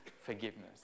forgiveness